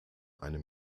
einem